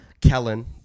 Kellen